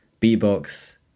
Beatbox